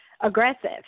aggressive